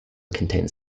contains